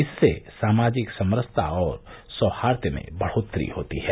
इससे सामाजिक समरसता और सौहार्द में बढ़ोत्तरी होती है